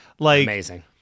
Amazing